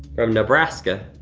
from nebraska.